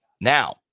Now